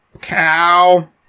cow